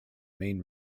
main